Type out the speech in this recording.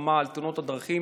מלחמה בתאונות הדרכים.